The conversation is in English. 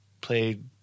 played